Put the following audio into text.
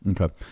Okay